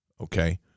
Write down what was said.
okay